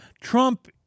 Trump